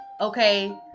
okay